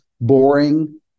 boring